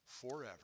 forever